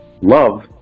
Love